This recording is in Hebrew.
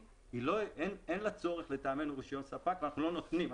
אין לה צורך לטעמנו ברישיון ספק ואנחנו לא נותנים.